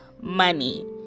Money